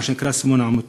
מה שנקרא חוק סימון העמותות.